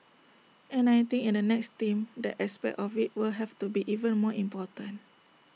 and I think in the next team that aspect of IT will have to be even more important